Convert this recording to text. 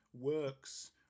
works